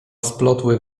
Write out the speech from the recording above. splotły